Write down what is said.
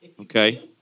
Okay